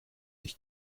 ich